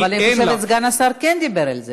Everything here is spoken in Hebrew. אבל אני חושבת שסגן השר כן דיבר על זה.